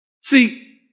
See